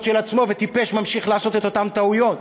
של עצמו וטיפש ממשיך לעשות את אותן טעויות.